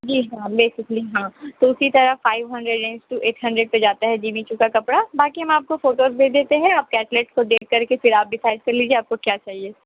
جی ہاں بیسیکلی ہاں تو اسی طرح five hundred range to eight hundred پہ جاتا ہے جیمی چو کا کپڑا باقی ہم آپ کو فوٹوز بھیج دیتے ہیں آپ کیٹلگس کو دیکھ کر کے پھر آپ ڈسائڈ کر لیجیے آپ کو کیا چاہیے